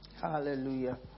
Hallelujah